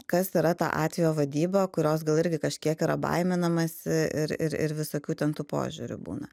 kas yra ta atvejo vadyba kurios gal irgi kažkiek yra baiminamasi ir ir ir visokių ten tų požiūrių būna